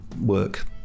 work